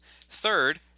Third